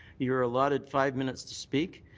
you're allotted five minutes to speak.